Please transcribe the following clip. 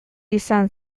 izan